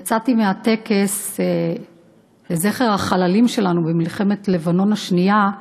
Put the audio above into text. יצאתי מהטקס לזכר החללים שלנו במלחמת לבנון השנייה.